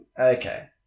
okay